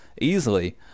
easily